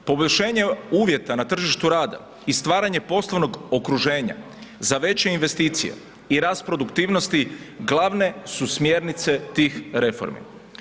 Poboljšanje uvjeta na tržištu rada i stvaranje poslovnog okruženja za veće investicije i rat produktivnosti glavne su smjernice tih reformi.